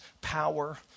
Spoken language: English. power